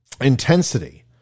intensity